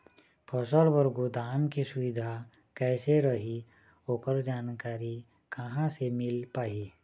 फसल बर गोदाम के सुविधा कैसे रही ओकर जानकारी कहा से मिल पाही?